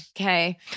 okay